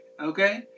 okay